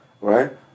right